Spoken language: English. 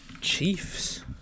Chiefs